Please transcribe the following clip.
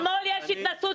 בשמאל יש התנשאות.